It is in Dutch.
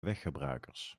weggebruikers